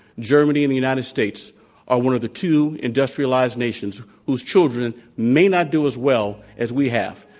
germany and the united states are one of the two industrialized nations whose children may not do as well as we have.